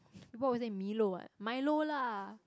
people always say milo [what] milo lah